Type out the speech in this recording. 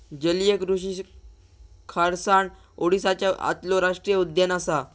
जलीय कृषि खारसाण ओडीसाच्या आतलो राष्टीय उद्यान असा